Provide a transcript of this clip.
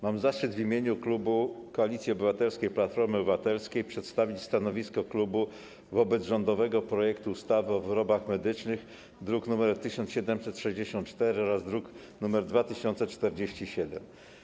Mam zaszczyt w imieniu klubu Koalicji Obywatelskiej - Platformy Obywatelskiej przedstawić stanowisko wobec rządowego projektu ustawy o wyrobach medycznych, druki nr 1764 i 2047.